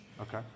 Okay